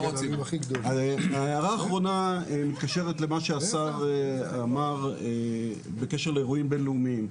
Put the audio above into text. ההערה האחרונה מתקשרת למה שהשר אמר בקשר לאירועים בינלאומיים.